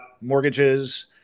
mortgages